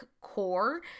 Core